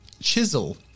Chisel